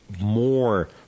more